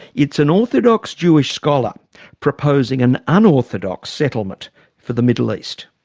it's an orthodox jewish scholar proposing an unorthodox settlement for the middle east.